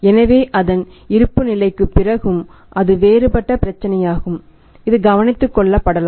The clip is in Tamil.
எனவே அதன் இயல்புநிலைக்குப் பிறகும் அது வேறுபட்ட பிரச்சினையாகும் இது கவனித்துக் கொள்ளப்படலாம்